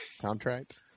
contract